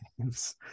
games